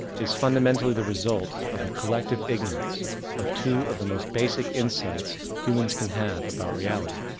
is fundamentally the result of a collective ignorance of two of the most basic insights humans can have about reality.